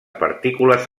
partícules